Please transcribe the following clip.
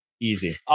Easy